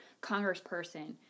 congressperson